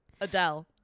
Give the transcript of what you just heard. Adele